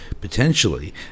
potentially